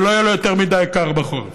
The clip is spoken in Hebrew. שלא יהיה לו יותר מדי קר בחוץ